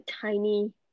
tiny